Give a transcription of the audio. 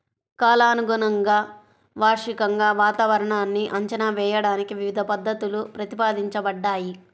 కాలానుగుణంగా, వార్షికంగా వాతావరణాన్ని అంచనా వేయడానికి వివిధ పద్ధతులు ప్రతిపాదించబడ్డాయి